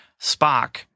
Spock